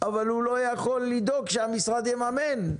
אבל הוא לא יכול לדאוג שהמשרד יממן,